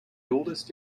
oldest